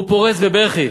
הוא פורץ בבכי,